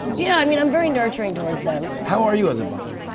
yeah. i mean, i'm very nurturing towards them. how are you as a boss?